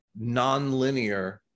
nonlinear